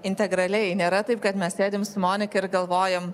integraliai nėra taip kad mes sėdim su monika ir galvojam